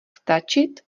stačit